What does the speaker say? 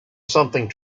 something